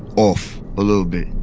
off a little bit,